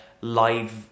live